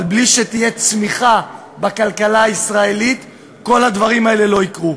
אבל בלי שתהיה צמיחה בכלכלה הישראלית כל הדברים האלה לא יקרו.